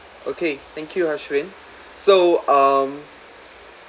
okay thank you hashwin so um